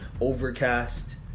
Overcast